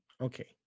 okay